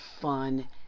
fun